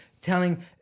telling